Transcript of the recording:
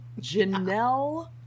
Janelle